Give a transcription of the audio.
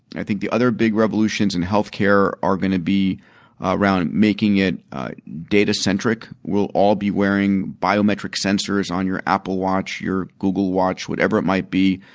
i think the other big revolutions in healthcare are going to be around making it data centric. we will all be wearing biometric sensors on your apple watch, your google watch, whatever it might be.